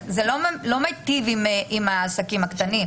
אז זה לא מיטיב עם העסקים הקטנים.